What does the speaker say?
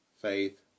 faith